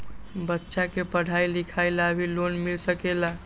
बच्चा के पढ़ाई लिखाई ला भी लोन मिल सकेला?